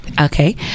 okay